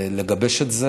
לגבש את זה.